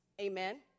amen